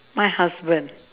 my husband